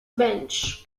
bench